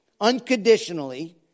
unconditionally